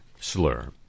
slur